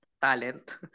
talent